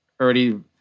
already